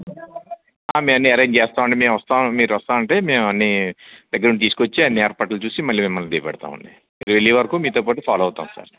మేము అన్నీ అరేంజ్ చేస్తాం అండి మేము వస్తాం మీరు వస్తాం అంటే మేము అన్ని దగ్గర ఉండి తీసుకు వచ్చి అన్ని ఏర్పట్లు చూసి మళ్ళీ మిమల్ని దిగ పెడతాం అండి మీరు వెళ్లే వరకు మీతో పాటి ఫాలో అవుతాం సార్